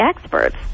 experts